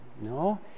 No